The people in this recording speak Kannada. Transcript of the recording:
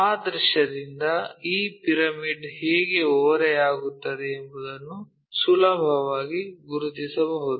ಆ ದೃಶ್ಯದಿಂದ ಈ ಪಿರಮಿಡ್ ಹೇಗೆ ಓರೆಯಾಗುತ್ತದೆ ಎಂಬುದನ್ನು ಸುಲಭವಾಗಿ ಗುರುತಿಸಬಹುದು